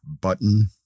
button